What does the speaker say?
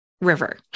River